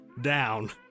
down